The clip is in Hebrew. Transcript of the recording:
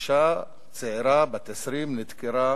אשה צעירה בת 20 נדקרה